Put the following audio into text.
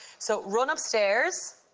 so, run upstairs,